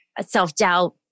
self-doubt